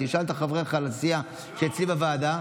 תשאל את חבריך לסיעה שאצלי בוועדה.